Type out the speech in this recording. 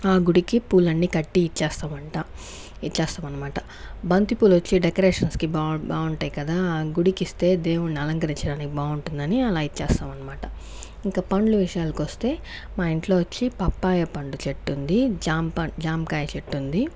ఆ గుడికి పూలన్నీ కట్టి ఇచ్చేస్తామంట ఇచ్చేస్తాం అనమాట బంతిపూలు వచ్చే డెకరేషన్స్కి బావుం బాగుంటాయి కదా గుడికిస్తే దేవుడిని అలంకరించడానికి బావుంటుందని అలా ఇచ్చేస్తాం అనమాట ఇంక పండ్లు విషయాలకు వస్తే మా ఇంట్లో వచ్చి పప్పాయ పండు చెట్టు ఉంది జాంపండు జామకాయ చెట్టు ఉంది